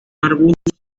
arbustos